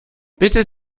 bitte